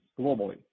globally